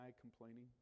complaining